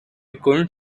couldn’t